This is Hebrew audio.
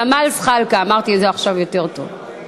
שלוש דקות.